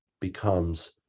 becomes